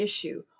issue